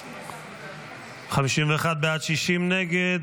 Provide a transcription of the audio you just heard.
51 בעד, 60 נגד.